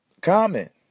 Comment